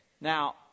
Now